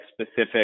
specific